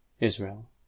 Israel